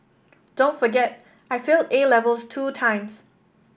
don't forget I failed A levels two times